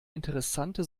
interessante